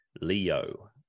Leo